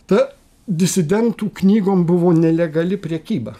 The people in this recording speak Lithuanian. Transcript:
ta disidentų knygom buvo nelegali prekyba